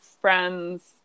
friends